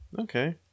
okay